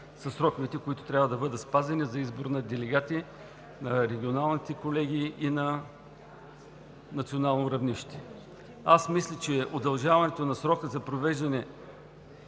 и срокове, които трябва да бъдат спазени – за избор на делегати на регионални колегии и на национално равнище. Аз мисля, че удължаването на срока за провеждането